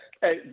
Hey